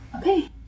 Okay